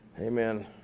Amen